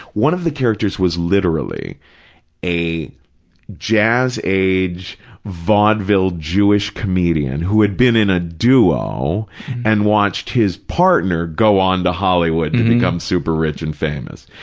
one of the characters was literally a jazz-age, vaudeville vaudeville jewish comedian who had been in a duo and watched his partner go on to hollywood to become super rich and famous.